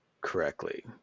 correctly